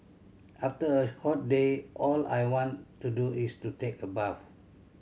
after a hot day all I want to do is to take a bath